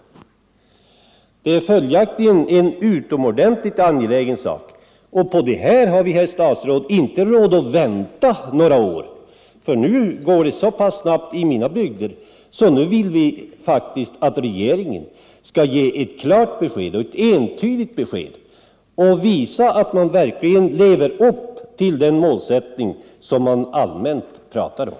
Det är följaktligen en utomordentligt angelägen sak. Och på detta, herr statsråd, har vi inte råd att vänta några år! Nu går utvecklingen så snabbt i mina bygder att vi faktiskt vill att regeringen skall ge ett klart och entydigt besked och visa att man verkligen lever upp till den målsättning som man allmänt pratar om.